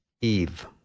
Eve